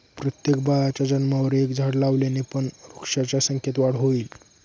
प्रत्येक बाळाच्या जन्मावर एक झाड लावल्याने पण वृक्षांच्या संख्येत वाढ होईल